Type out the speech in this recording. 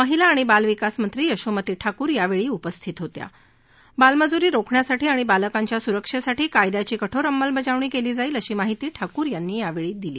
महिला आणि बालविकास मंत्री यशोमती ठाकूर यावेळी उपस्थित होत्या बालमजुरी रोखण्यासाठी आणि बालकांच्या सुरक्षेसाठी कायद्याची कठोर अंमलबजावणी केली जाईल अशी माहिती ठाकूर यांनी यावेळी दिली